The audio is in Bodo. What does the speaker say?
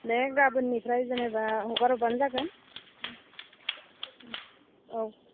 दे गाबोननिफ्राय जेनेबा हगारहरब्लानो जागोन औ